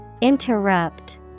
Interrupt